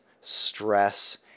stress